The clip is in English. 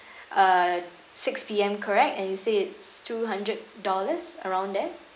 uh six P_M correct and you say it's two hundred dollars around there